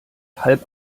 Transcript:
halb